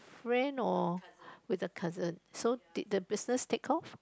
friend or with the cousin so did the business take off